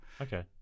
Okay